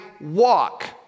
walk